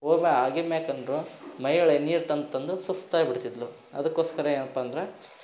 ಆಗಿನ ಮ್ಯಾಕೆ ಅಂದರು ಮಹಿಳೆ ನೀರು ತಂದು ತಂದು ಸುಸ್ತಾಗಿ ಬಿಡ್ತಿದ್ದಳು ಅದಕ್ಕೋಸ್ಕರ ಏನಪ್ಪ ಅಂದ್ರೆ